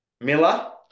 Miller